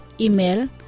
Email